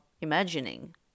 imagining